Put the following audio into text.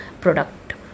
product